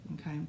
okay